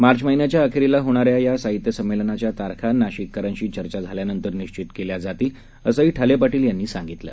मार्च महिन्याच्या अखेरीस होणाऱ्या या साहित्य संमेलनाच्या तारखा नाशिककरांशी चर्चा झाल्यानंतर निश्चित केल्या जातील असंही ठाले पार्शिल यांनी सांगितलं